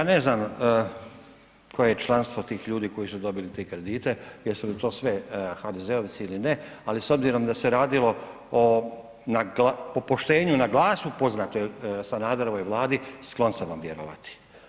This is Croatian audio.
Ja ne znam koje je članstvo tih ljudi koji su dobili te kredite, jesu li to sve HDZ-ovci ili ne, ali s obzirom da se radilo po poštenju na glasu poznatoj Sanaderovoj Vladi sklon sam vam vjerovati.